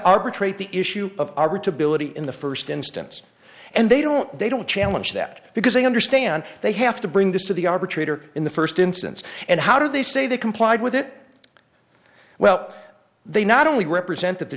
arbitrate the issue of to belittle in the first instance and they don't they don't challenge that because they understand they have to bring this to the arbitrator in the first instance and how do they say they complied with it well they not only represent the